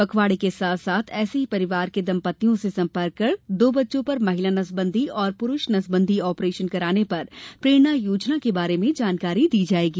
पखवाड़े के साथ साथ ऐसे ही परिवार के दम्पतियों से संपर्क कर दो बच्चों पर महिला नसबंदी और पुरूष नसबंदी ऑपरेशन कराने पर प्रेरणा योजना के बारे में बताया जायेगा